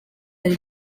hari